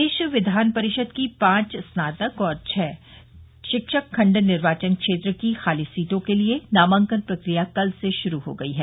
प्रदेश विधान परिषद की पांच स्नातक और छह शिक्षक खंड निर्वाचन क्षेत्र की खाली सीटों के लिये नामांकन प्रक्रिया कल से शुरू हो गई है